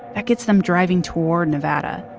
that gets them driving toward nevada.